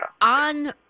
on